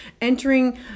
entering